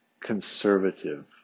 conservative